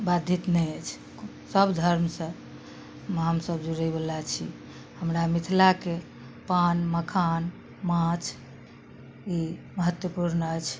बाधित नहि अछि सब धर्मसँ हमसब जुड़य वला छी हमरा मिथिलाके पान मखान माछ ई महत्वपूर्ण अछि